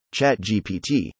ChatGPT